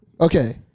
Okay